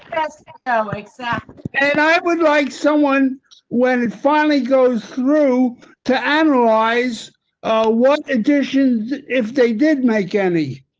ah like so and i would like someone when it finally goes through to analyze what additions if they did make any.